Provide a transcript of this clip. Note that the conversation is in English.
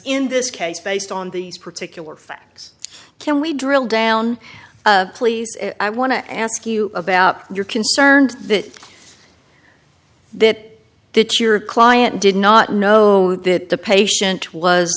in this case based on these particular facts can we drill down please i want to ask you about you're concerned that that that your client did not know that the patient was